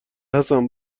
حسن